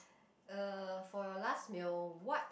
uh for your last meal what